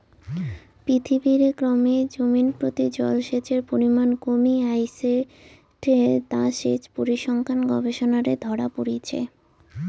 পৃথিবীরে ক্রমে জমিনপ্রতি জলসেচের পরিমান কমি আইসেঠে তা সেচ পরিসংখ্যান গবেষণারে ধরা পড়িচে